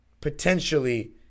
potentially